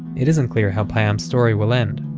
it isn't clear how payam's story will end